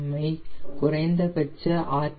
M I குறைந்தபட்ச R